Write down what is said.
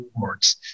works